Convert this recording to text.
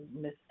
Miss